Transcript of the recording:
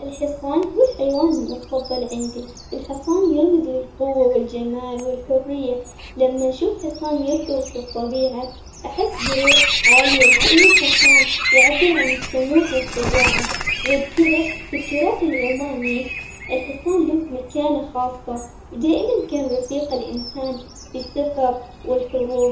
الحصان هو الحيوان المفضل عندي، الحصان يرمز للقوة والجمال والحرية لما أشوف حصان يركض في الطبيعة أحس بروح عالية وكأن الحصان يعبر عن الطموح والشجاعة غير كذا في التراث العماني الحصان له مكانة خاصة ودائماً كان صديق الإنسان بالسفر والحروب.